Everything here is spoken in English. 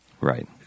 Right